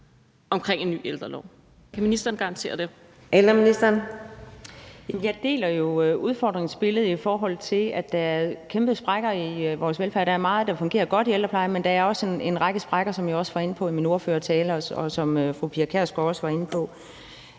Kl. 15:05 Ældreministeren (Mette Kierkgaard): Jeg deler jo udfordringsbilledet, i forhold til at der er kæmpe sprækker i vores velfærd. Der er meget, der fungerer godt i ældreplejen, men der er også nogle sprækker, som jeg også var inde på i min tale, og som fru Pia Kjærsgaard også var inde på.